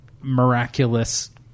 miraculous